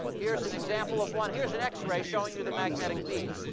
here's an example of one. here's an x-ray showing you the magnetic beads.